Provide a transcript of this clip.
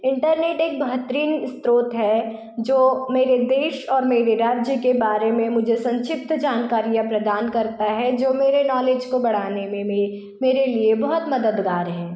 internet एक बेहतरीन स्त्रोत है जो मेरे देश और मेरे राज्य के बारे में मुझे संक्षिप्त जानकारियाँ प्रदान करता है जो मेरे नॉलेज को बढ़ाने में मेरी मेरे लिए बहुत मददगार है